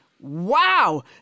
wow